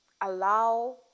allow